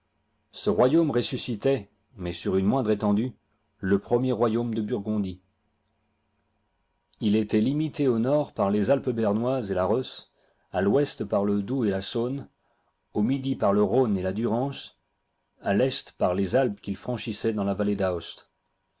ce royaume ressuscitait mais sur une moindre étendue le premier royaume de burgondie il était limité au nord par les alpes bernoises et la reuss à l'ouest par le doubs et la saône au midi par le rhône et la digitized by google durance à test par les alpes qu'il franchissait dans la vallée d'aoste